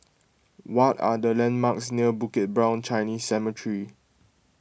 what are the landmarks near Bukit Brown Chinese Cemetery